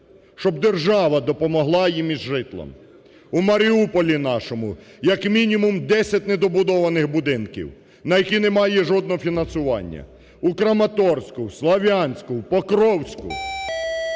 щоб держава допомогла їм із житлом. У Маріуполі нашому, як мінімум, 10 недобудованих будинків, на які немає жодного фінансування, у Краматорську, в Слов'янську, в Покровську.